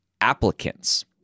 applicants